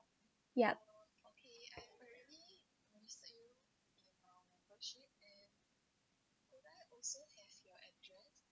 yup